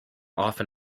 often